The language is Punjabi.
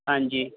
ਹਾਂਜੀ